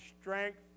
strength